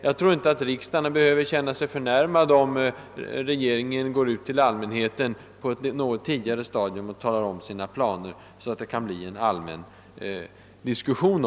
Jag tycker inte att riksdagen behöver känna sig förnärmad, om regeringen går ut till allmänheten på ett något tidigare stadium och redogör för sina planer, så att det kan bli en allmän diskussion.